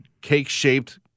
cake-shaped